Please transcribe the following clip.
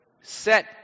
set